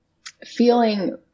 feeling